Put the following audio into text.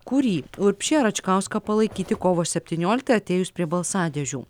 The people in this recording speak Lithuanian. kurį urbšį ar račkauską palaikyti kovo septynioliktąją atėjus prie balsadėžių